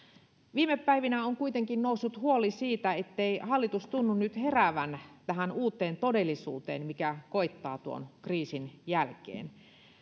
viime päivinä on kuitenkin noussut huoli siitä ettei hallitus tunnu nyt heräävän tähän uuteen todellisuuteen mikä koittaa tuon kriisin jälkeen